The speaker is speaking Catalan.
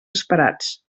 esperats